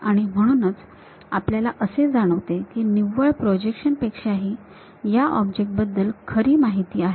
आणि म्हणूनच आपल्याला असे जाणवते की निव्वळ प्रोजेक्शन पेक्षाही ही या ऑब्जेक्ट बद्दल खरी माहिती आहे